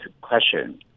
question